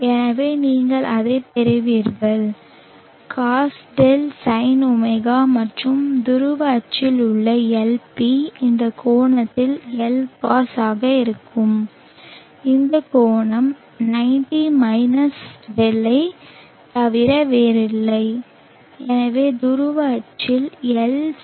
எனவே நீங்கள் அதைப் பெறுவீர்கள் cosδ sinω மற்றும் துருவ அச்சில் உள்ள Lp இந்த கோணத்தின் Lcos ஆக இருக்கும் இந்த கோணம் 90 δ ஐத் தவிர வேறில்லை எனவே துருவ அச்சில் Lsinδ